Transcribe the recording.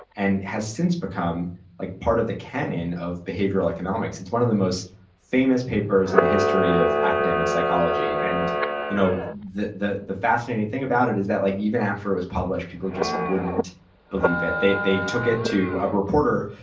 and has since become like part of the canon of behavioral economics. it's one of the most famous papers in the history of academic psychology. and you know the the fascinating thing about it is that like even after it was published, people just wouldn't believe it. they they took it to a reporter,